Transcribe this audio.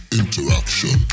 interaction